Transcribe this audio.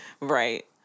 Right